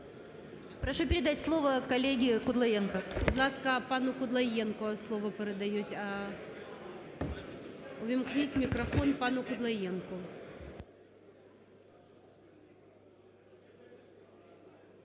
Прошу передать слово коллеге Кудлаенко.